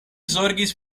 zorgis